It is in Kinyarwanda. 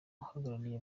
uhagarariye